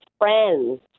friends